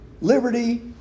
liberty